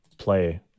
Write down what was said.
play